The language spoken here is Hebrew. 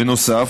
בנוסף,